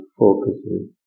focuses